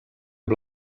amb